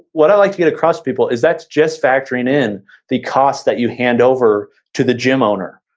what i like to get across people is that just factoring in the cost that you hand over to the gym owner,